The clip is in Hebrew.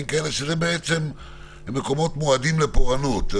כאלה שזה בעצם מקומות מועדים לפורענות.